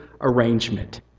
arrangement